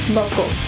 local